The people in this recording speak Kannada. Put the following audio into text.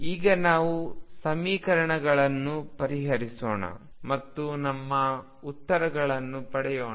ಈಗ ನಾವು ಸಮೀಕರಣಗಳನ್ನು ಪರಿಹರಿಸೋಣ ಮತ್ತು ನಮ್ಮ ಉತ್ತರಗಳನ್ನು ಪಡೆಯೋಣ